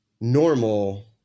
normal